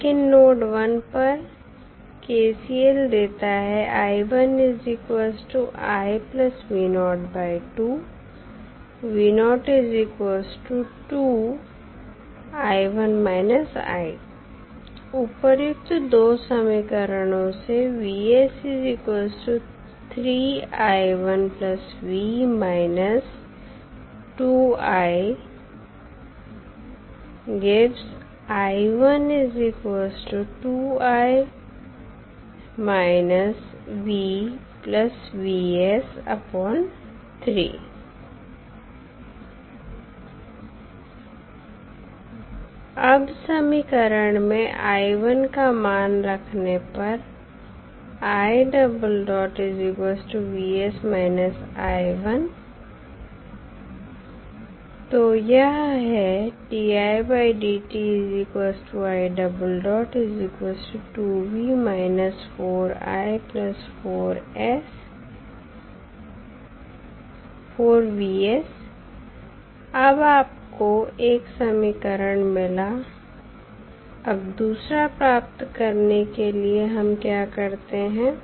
लेकिन नोड 1 पर KCL देता है उपर्युक्त 2 समीकरणों से अब समीकरण में का मान रखने पर तो यह है अब आपको एक समीकरण मिला अब दूसरा प्राप्त करने के लिए हम क्या करते हैं